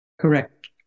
Correct